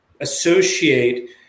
associate